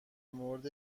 مورد